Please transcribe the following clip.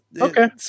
Okay